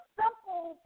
simple